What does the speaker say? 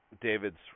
David's